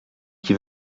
qui